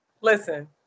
Listen